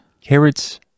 Carrots